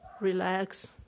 relax